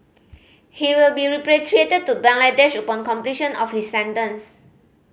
he will be repatriated to Bangladesh upon completion of his sentence